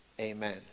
amen